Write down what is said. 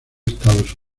estados